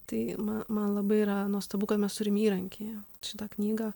tai man labai yra nuostabu kad mes turim įrankį šitą knygą